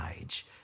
Age